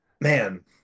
man